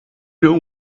know